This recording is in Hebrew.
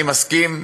אני מסכים,